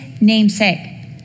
namesake